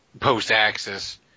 post-axis